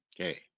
Okay